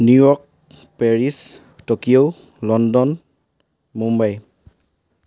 New York Paris Tokyo London Mumbai